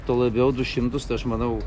tuo labiau du šimtus tai aš manau